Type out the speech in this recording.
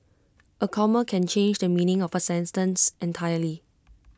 A comma can change the meaning of A sense terms entirely